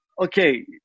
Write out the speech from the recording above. okay